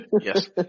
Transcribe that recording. Yes